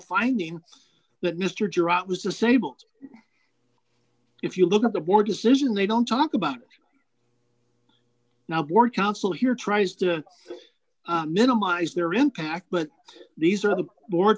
finding that mr girard was disabled if you look at the board decision they don't talk about now board counsel here tries to minimize their impact but these are the board